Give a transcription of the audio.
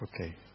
Okay